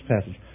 passage